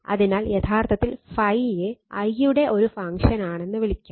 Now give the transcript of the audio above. അതിനാൽ യഥാർത്ഥത്തിൽ ∅ യെ I യുടെ ഒരു ഫങ്ക്ഷന് ആണെന്ന് വിളിക്കാം